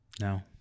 No